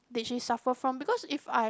did she suffer from because if I